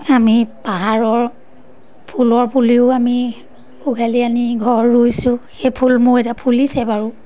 আমি পাহাৰৰ ফুলৰ পুলিও আমি উঘালি আনি ঘৰত ৰুইছোঁ সেই ফুল মোৰ এটা ফুলিছে বাৰু